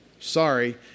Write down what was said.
Sorry